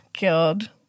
God